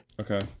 okay